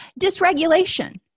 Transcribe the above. Dysregulation